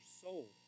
soul